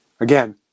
Again